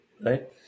right